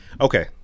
Okay